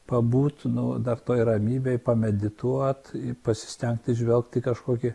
pabūt dar toj ramybėj pamedituot pasistengt įžvelgt į kažkokį